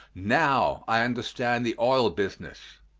now i understand the oil business.